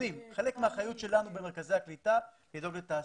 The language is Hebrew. חלק מהאחריות שלנו במרכזי הקליטה היא לדאוג תעסוקה.